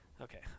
okay